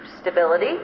stability